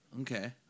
Okay